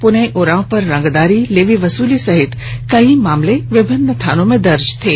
पुनई उरांव पर रंगदारी लेवी वसूली सहित कई मामले विभिन्न थानों में दर्ज थे